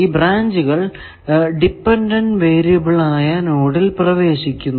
ഈ ബ്രാഞ്ചുകൾ dependent variable ആയ നോഡിൽ പ്രവേശിക്കുന്നു